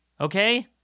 Okay